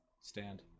Stand